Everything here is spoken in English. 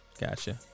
Gotcha